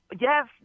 Yes